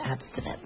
abstinence